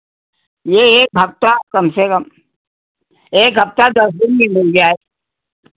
जी एक हफ़्ता कम से कम एक हफ़्ता दस दिन में मिल जाए